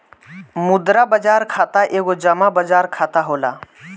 मुद्रा बाजार खाता एगो जमा बाजार खाता होला